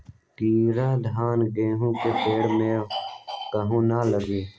कीरा धान, गेहूं के पेड़ में काहे न लगे?